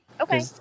Okay